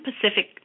Pacific